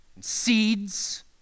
seeds